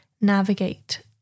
navigate